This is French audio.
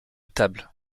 table